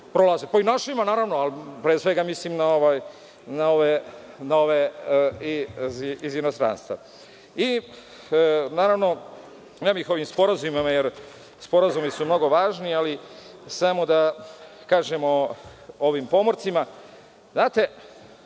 prolaze, pa i našima naravno. Pre svega mislim na ove iz inostranstva. Naravno, ne bih o ovim sporazumima jer sporazumi su mnogo važni, ali samo da kažemo o ovim pomorcima.